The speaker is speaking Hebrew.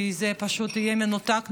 כי זה פשוט יהיה מנותק מהמציאות.